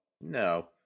no